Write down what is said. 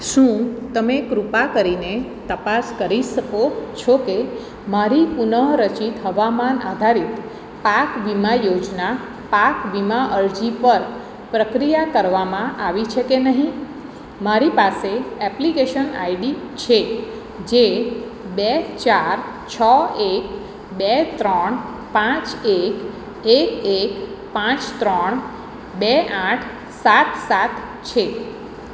શું તમે કૃપા કરીને તપાસ કરી શકો છો કે મારી પુનઃરચિત હવામાન આધારિત પાક વીમા યોજના પાક વીમા અરજી પર પ્રક્રિયા કરવામાં આવી છે કે નહીં મારી પાસે એપ્લિકેશન આઈડી છે જે બે ચાર છ એક બે ત્રણ પાંચ એક એક એક પાંચ ત્રણ બે આઠ સાત સાત છે